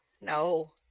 no